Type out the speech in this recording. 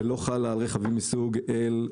ולא חלה על רכבים מסוג L,